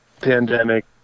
pandemic